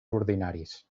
ordinaris